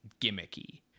gimmicky